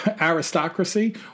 aristocracy